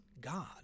God